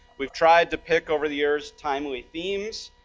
we've tried to pick over the years timely themes.